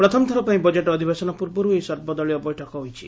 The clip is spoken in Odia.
ପ୍ରଥମ ଥର ପାଇଁ ବଜେଟ୍ ଅଧିବେଶନ ପୂର୍ବରୁ ଏହି ସର୍ବଦଳୀୟ ବୈଠକ ହୋଇଛି